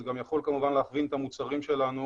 זה יכול כמובן להכווין את המוצרים שלנו